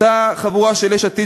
אותה חבורה של יש עתיד,